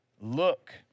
Look